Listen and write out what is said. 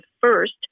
first